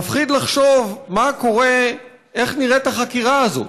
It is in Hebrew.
מפחיד לחשוב מה קורה, איך נראית החקירה הזאת,